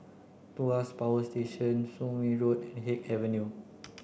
Tuas Power Station Soon Wing Road and Haig Avenue